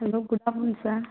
hello good morning sir